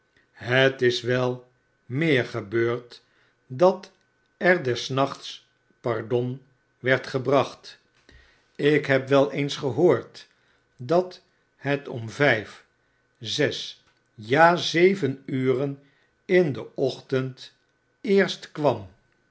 het is wel meer gebeurd dat er des nachts pardon werd gebracht ik heb wel eens gehoord dat het om vijf zes ja zeven ure in den ochtend eerst kwam